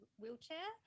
wheelchair